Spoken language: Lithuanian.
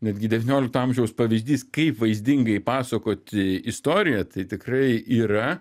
netgi devyniolikto amžiaus pavyzdys kaip vaizdingai pasakoti istoriją tai tikrai yra